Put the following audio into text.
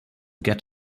get